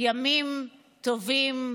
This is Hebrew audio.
יש לנו 36 שרים בממשלה